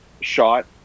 shot